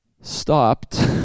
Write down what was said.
stopped